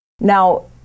Now